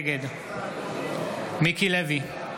נגד מיקי לוי,